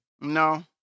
No